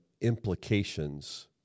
implications